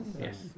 yes